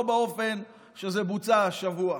לא באופן שבו זה בוצע השבוע.